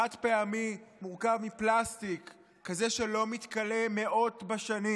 חד-פעמי מורכב מפלסטיק כזה שלא מתכלה מאות בשנים.